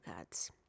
ads